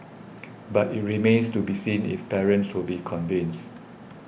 but it remains to be seen if parents to be convinced